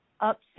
up